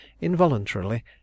Involuntarily